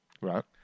Right